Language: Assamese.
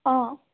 অঁ